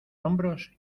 hombros